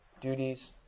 duties